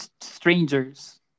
strangers